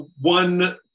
One